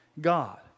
God